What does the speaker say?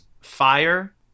fire